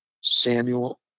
Samuel